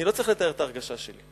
אני לא צריך לתאר את ההרגשה שלי.